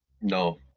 no